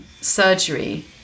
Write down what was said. surgery